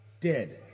Dead